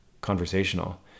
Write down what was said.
conversational